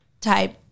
type